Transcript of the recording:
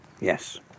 Yes